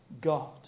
God